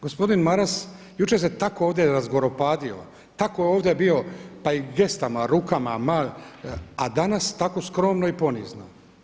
Gospodine Maras, jučer ste tako ovdje razgoropadio, tako je ovdje bio pa i gestama rukama, a danas tako skromno i ponizno.